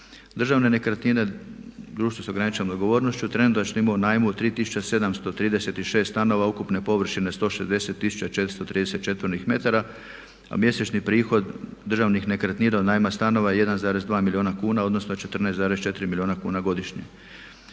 Državne nekretnine društvo s ograničenom odgovornošću trenutačno imaju u najmu 3736 stanova ukupne površine 160430 četvornih metara, a mjesečni prihod državnih nekretnina od najma stanova je 1,2 milijuna kuna odnosno 14,4 milijuna kuna godišnje.